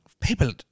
People